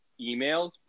emails